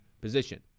position